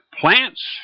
plants